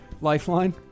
lifeline